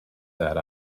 that